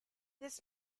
this